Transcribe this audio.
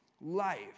life